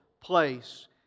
place